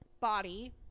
Body